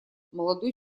молодой